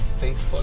Facebook